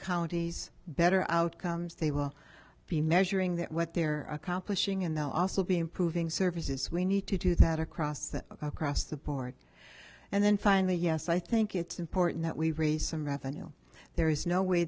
counties better outcomes they will be measuring that what they're accomplishing in the also be improving services we need to do that across that across the board and then finally yes i think it's important that we raise some revenue there is no way